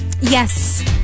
yes